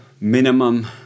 minimum